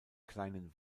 kleinen